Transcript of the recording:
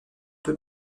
peu